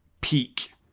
peak